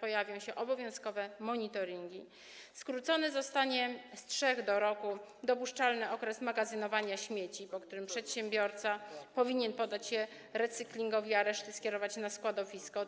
pojawią się obowiązkowe monitoringi, skrócony zostanie z 3 lat do roku dopuszczalny okres magazynowania śmieci, po którym przedsiębiorca powinien poddać je recyklingowi, a resztę skierować na składowisko.